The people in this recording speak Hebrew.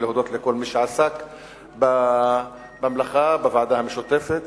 ולהודות לכל מי שעסק במלאכה בוועדה המשותפת.